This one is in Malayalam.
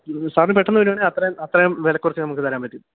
സാര് പെട്ടെന്ന് വരികയാണെങ്കില് അത്രയും അത്രയും വില കുറച്ച് നമുക്ക് തരാൻ പറ്റും